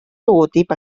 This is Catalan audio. logotip